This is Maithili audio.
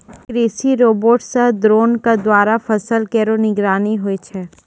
कृषि रोबोट सह द्रोण क द्वारा फसल केरो निगरानी होय छै